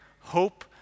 hope